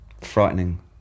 frightening